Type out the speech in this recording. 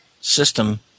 system